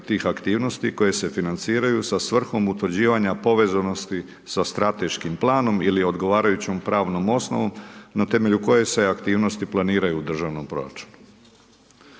tih aktivnosti koje se financiraju sa svrhom utvrđivanje povezanosti sa strateškim planom ili odgovarajućom pravnom osobom, na temelju koje se aktivnosti planiraju u državnom proračunu.